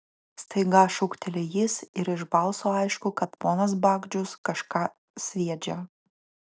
staiga šūkteli jis ir iš balso aišku kad ponas bagdžius kažką sviedžia